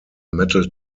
metal